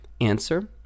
Answer